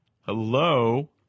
Hello